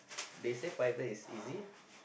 they say fibre is easy